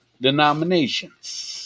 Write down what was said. denominations